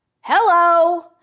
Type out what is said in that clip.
Hello